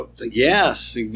Yes